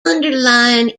underlying